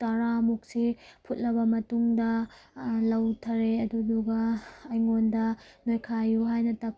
ꯇꯔꯥꯃꯨꯛꯁꯦ ꯐꯨꯠꯂꯕ ꯃꯇꯨꯡꯗ ꯂꯧꯊꯥꯔꯦ ꯑꯗꯨꯗꯨꯒ ꯑꯩꯉꯣꯟꯗ ꯅꯣꯏꯈꯥꯏꯌꯨ ꯍꯥꯏꯅ